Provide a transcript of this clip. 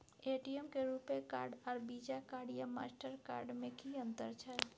ATM में RuPay card आर Visa card या मास्टर कार्ड में कि अतंर छै?